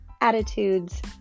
attitudes